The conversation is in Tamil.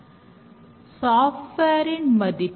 XP திட்டமிடுதல் ஒரு குறுகிய காலமாக உள்ளது